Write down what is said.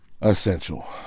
essential